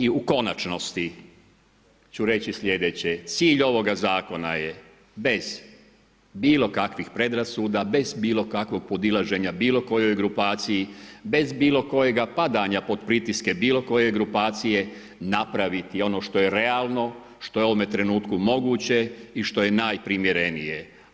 I u konačnosti ću reći slijedeće, cilj ovoga Zakona je bez bilo kakvih predrasuda, bez bilo kakvog podilaženja bilo kojoj grupaciji, bez bilo kojega padanja pod pritiske bilo koje grupacije napraviti ono što je realno, što je u ovome trenutku moguće i što je najprimjerenije.